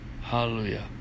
Hallelujah